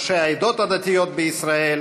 ראשי העדות הדתיות בישראל,